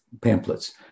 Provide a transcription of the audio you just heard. pamphlets